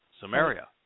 Samaria